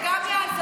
זה גם יעזור.